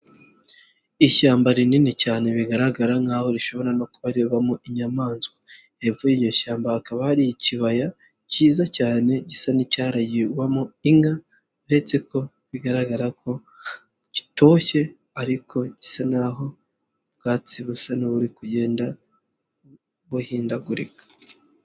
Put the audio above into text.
Ishyamba rinini cyane bigaragara nkaho rishobora no kubabamo inyamanswa. Hepfo y'iryo shyamba hakaba hari ikibaya cyiza cyane, gisa n'icyaragirwamo inka uretse ko bigaragara ko gitoshye ariko gisa naho ubwatsi busa n'uburi kugenda buhindagurika.